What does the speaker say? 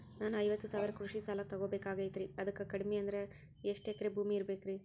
ನಾನು ಐವತ್ತು ಸಾವಿರ ಕೃಷಿ ಸಾಲಾ ತೊಗೋಬೇಕಾಗೈತ್ರಿ ಅದಕ್ ಕಡಿಮಿ ಅಂದ್ರ ಎಷ್ಟ ಎಕರೆ ಭೂಮಿ ಇರಬೇಕ್ರಿ?